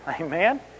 Amen